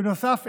בנוסף,